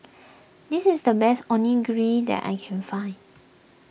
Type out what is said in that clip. this is the best Onigiri that I can find